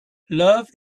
love